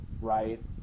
right